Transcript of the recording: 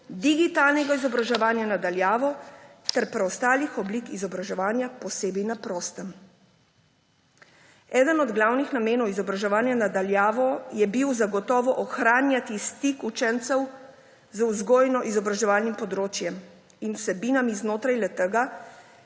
digitalnega izobraževanja na daljavo ter preostalih oblik izobraževanja, posebej na prostem.« Eden od glavnih namenov izobraževanja na daljavo je bil zagotovo ohranjati stik učencev z vzgojno-izobraževalnim področjem in vsebinami znotraj le-tega